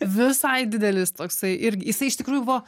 visai didelis toksai irgi jisai iš tikrųjų buvo